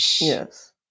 yes